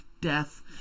death